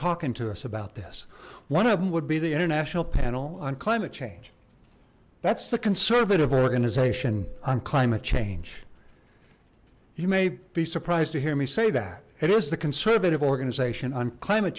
talking to us about this one of them would be the international panel on climate change that's the conservative organization on climate change you may be surprised to hear me say that it is the conservative organization on climate